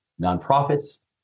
nonprofits